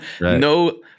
No